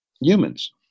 humans